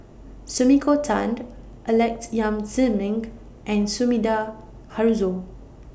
Sumiko Tan Alex Yam Ziming and Sumida Haruzo